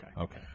Okay